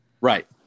Right